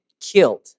killed